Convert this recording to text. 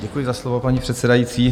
Děkuji za slovo, paní předsedající.